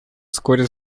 вскоре